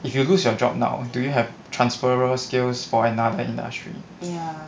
if you lose your job now do you have transferable skills for another industry